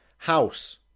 house